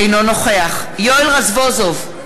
אינו נוכח יואל רזבוזוב,